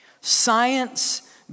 science